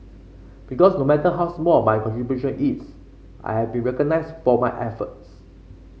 because no matter how small my contribution is I have been recognised for my efforts